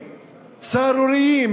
סהרוריים,